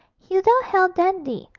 hilda held dandy,